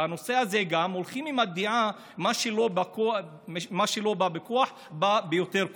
בנושא הזה הולכים גם עם הדעה שמה שלא בא בכוח בא ביותר כוח.